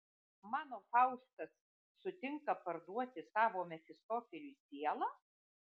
mano faustas sutinka parduoti savo mefistofeliui sielą